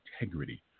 integrity